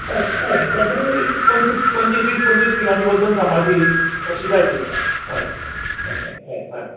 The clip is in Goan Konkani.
हय हय सद्या एक पंचवीस वीस पंचवीस किलांचें वजन सांबाळपी अशी जाय तर तुका हय हय हय